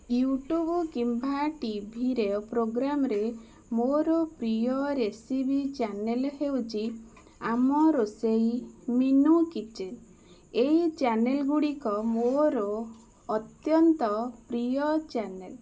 YouTube କିମ୍ବା ଟିଭିରେ ପ୍ରୋଗାମ୍ରେ ମୋର ପ୍ରିୟ ରେସିପି ଚ୍ୟାନେଲ୍ ହେଉଛି ଆମ ରୋଷେଇ ମିନୁ କିଚେନ୍ ଏହି ଚ୍ୟାନେଲ୍ଗୁଡ଼ିକ ମୋର ଅତ୍ୟନ୍ତ ପ୍ରିୟ ଚ୍ୟାନେଲ୍